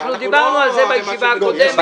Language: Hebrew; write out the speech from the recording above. אנחנו דיברנו על זה בישיבה הקודמת.